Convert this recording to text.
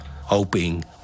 hoping